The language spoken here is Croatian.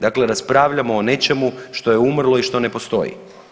Dakle, raspravljamo o nečemu što je umrlo i što ne postoji.